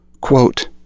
quote